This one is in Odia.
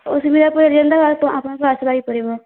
ଅସୁବିଧା ପଡ଼ିଲେ ଯେନ୍ତା ଆପଣଙ୍କୁ ଆସିବାକୁ ପଡ଼ିବ